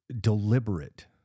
deliberate